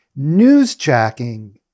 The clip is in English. newsjacking